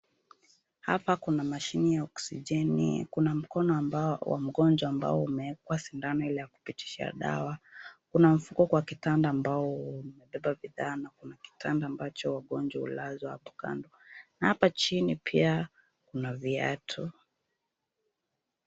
Hapa kuna mashine ya oksijeni. Kuna mkono wa mgonjwa ambao umeekwa sindano ile ya kupitisha dawa. Kuna mfuko kwa kitanda ambao umebeba bidhaa na kuna kitanda ambacho wagonjwa hulazwa hapo kando na hapa chini pia kuna viatu.